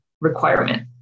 requirement